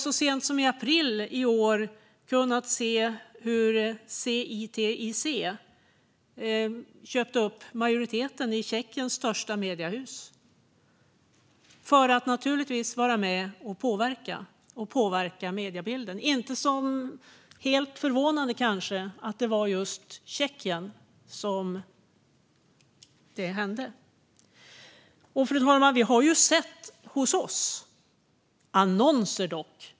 Så sent som i april i år såg vi hur Citic köpte upp majoriteten i Tjeckiens största mediehus, för att naturligtvis vara med och påverka mediebilden. Det var kanske inte helt förvånande att det var i just Tjeckien som detta hände. Fru talman!